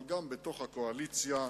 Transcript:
אבל גם בתוך הקואליציה,